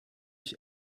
ich